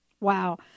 Wow